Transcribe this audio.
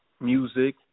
music